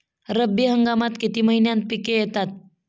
रब्बी हंगामात किती महिन्यांत पिके येतात?